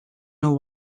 know